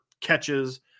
catches